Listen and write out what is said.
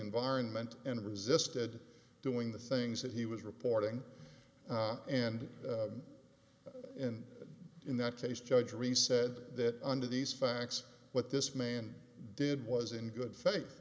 environment and resisted doing the things that he was reporting and and in that case judge ri said that under these facts what this man did was in good